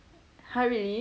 !huh! really